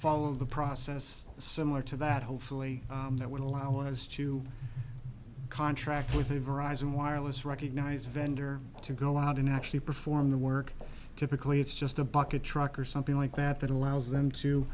follow the process similar to that hopefully that would allow us to contract with of arisan wireless recognize a vendor to go out and actually perform the work typically it's just a bucket truck or something like that that allows them to